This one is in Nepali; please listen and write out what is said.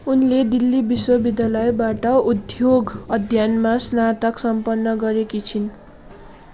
उनले दिल्ली विश्वविद्यालयबाट उद्योग अध्ययनमा स्नातक सम्पन्न गरेकी छिन्